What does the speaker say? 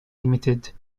limited